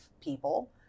people